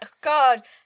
God